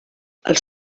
els